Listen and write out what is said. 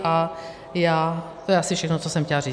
A to je asi všechno, co jsem chtěla říct.